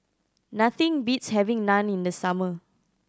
nothing beats having Naan in the summer